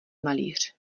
malíř